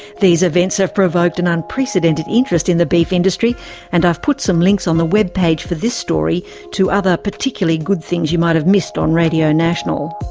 these events have provoked an unprecedented interest in the beef industry and i've put some links on the web page for this story to other particularly good things you might have missed on radio national.